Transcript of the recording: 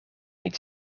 niet